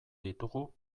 ditugu